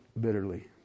bitterly